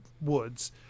woods